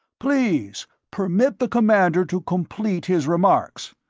please permit the commander to complete his remarks.